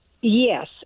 Yes